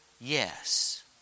yes